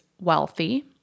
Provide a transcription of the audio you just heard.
wealthy